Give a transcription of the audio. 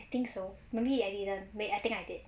I think so maybe I didn't may~ I think I did